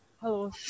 Hello